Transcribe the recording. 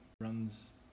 runs